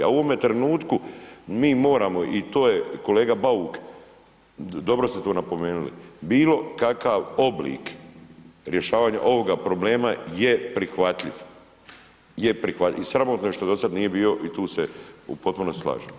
A u ovome trenutku mi moramo i to je kolega Bauk, dobro ste to napomenuli, bilo kakav oblik rješavanja ovoga problema je prihvatljiv, je prihvatljiv i sramotno je što do sada nije bio i tu se u potpunosti slažem.